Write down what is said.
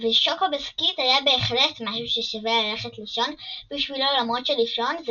ושוקו בשקית היה בהחלט משהו ששווה ללכת לישון בשבילו למרות שלישון זה